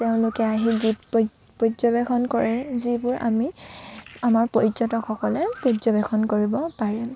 তেওঁলোকে আহি গীত প পৰ্যবেক্ষণ কৰে যিবোৰ আমি আমাৰ পৰ্যটকসকলে পৰ্যবেক্ষণ কৰিব পাৰিব